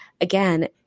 again